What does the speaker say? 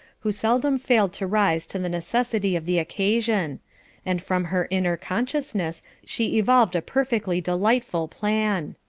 who seldom failed to rise to the necessity of the occasion and from her inner consciousness she evolved a perfectly delightful plan.